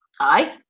Aye